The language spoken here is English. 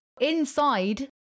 inside